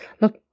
look